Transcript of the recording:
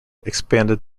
expanded